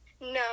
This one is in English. No